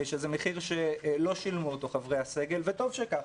שזה מחיר שלא שילמו אותו חברי הסגל, וטוב שכך.